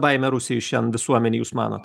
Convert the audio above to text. baimė rusijoj šian visuomenėj jūs manot